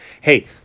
hey